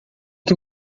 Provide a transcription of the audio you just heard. que